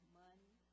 money